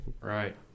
Right